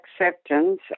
acceptance